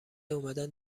اومدن